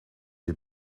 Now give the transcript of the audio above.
les